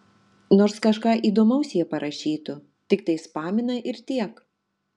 nors kažką įdomaus jie parašytų tiktai spamina ir tiek